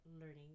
learning